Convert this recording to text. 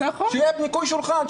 שיהיה ניקוי שולחן,